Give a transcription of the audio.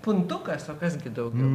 puntukas o kas gi daugiau